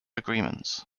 agreements